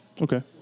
Okay